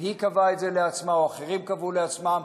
אם היא קבעה את זה לעצמה או אחרים קבעו לעצמם,